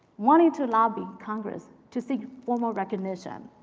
wanting to lobby congress to seek formal recognition.